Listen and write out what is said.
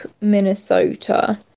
Minnesota